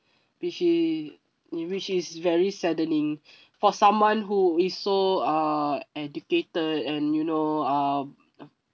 which is which is very saddening for someone who is so uh educated and you know uh